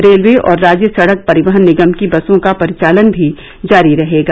railway और राज्य सड़क परिवहन निगम की बसों का परिचालन भी जारी रहेगा